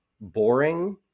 boring